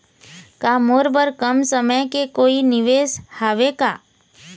का मोर बर कम समय के कोई निवेश हावे का?